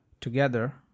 together